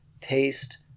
taste